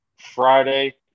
Friday